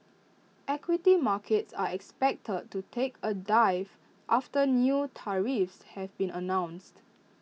equity markets are expected to take A dive after new tariffs have been announced